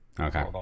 Okay